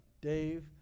dave